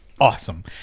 awesome